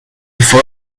for